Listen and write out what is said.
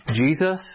Jesus